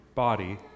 body